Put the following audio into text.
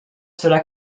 cela